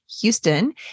Houston